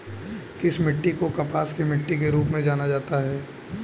किस मिट्टी को कपास की मिट्टी के रूप में जाना जाता है?